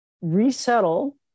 resettle